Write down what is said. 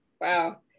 Wow